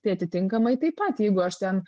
tai atitinkamai taip pat jeigu aš ten